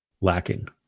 lacking